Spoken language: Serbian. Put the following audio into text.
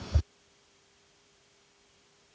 Hvala.